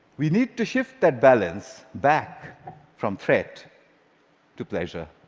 we need to shift that balance back from threat to pleasure.